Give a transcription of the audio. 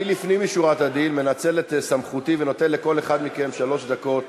לפנים משורת הדין אני מנצל את סמכותי ונותן לכל אחד מכם שלוש דקות